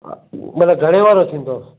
मतिलबु घणे वारो थींदो